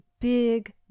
big